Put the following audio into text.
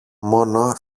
μόνο